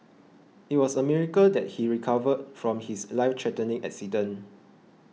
it was a miracle that he recovered from his life threatening accident